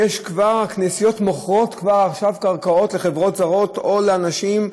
שהכנסיות מוכרות כבר עכשיו קרקעות לחברות זרות או לאנשים,